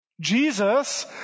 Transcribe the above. Jesus